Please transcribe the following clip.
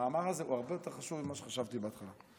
המאמר הזה הוא הרבה יותר חשוב ממה שחשבתי בהתחלה.